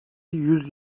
yüz